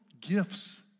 gifts